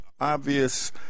obvious